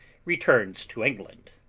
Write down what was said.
returns to england.